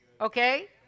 Okay